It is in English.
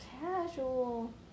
casual